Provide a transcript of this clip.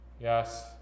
Yes